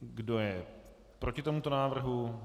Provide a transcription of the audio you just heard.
Kdo je proti tomuto návrhu?